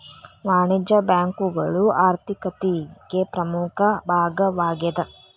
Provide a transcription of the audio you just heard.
ವಾಣಿಜ್ಯ ಬ್ಯಾಂಕುಗಳು ಆರ್ಥಿಕತಿಗೆ ಪ್ರಮುಖ ಭಾಗವಾಗೇದ